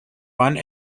fund